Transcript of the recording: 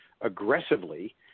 aggressively